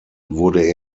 wurde